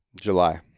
July